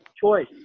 choice